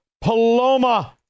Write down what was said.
Paloma